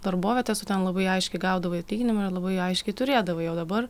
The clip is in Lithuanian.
darbovietės tu ten labai aiškiai gaudavai atlyginimą ir labai aiškiai turėdavai o dabar